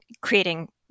creating